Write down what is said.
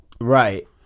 Right